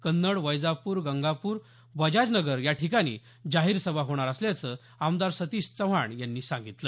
कन्नड वैजापूर गंगापूर बजाजनगर याठिकाणी जाहीर सभा होणार असल्याचं आमदार सतीश चव्हाण यांनी सांगितलं